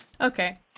Okay